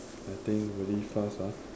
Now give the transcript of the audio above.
I think really fast ah